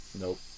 nope